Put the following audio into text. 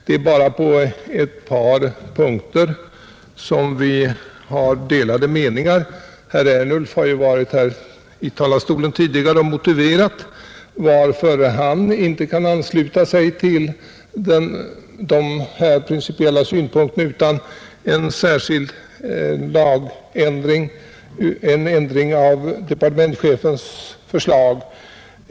Det är bara på ett par punkter som vi har delade meningar — herr Ernulf har ju nyss från talarstolen motiverat varför han inte kan ansluta sig till dessa principiella synpunkter utan en ändring i departementschefens förslag.